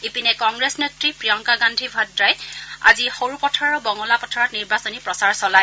ইপিনে কংগ্ৰেছ নেত্ৰী প্ৰিয়ংকা গান্ধী ভাদ্ৰাই আজি সৰুপথাৰৰ বঙলাপথাৰত নিৰ্বাচনী প্ৰচাৰ চলায়